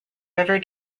river